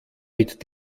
mit